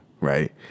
Right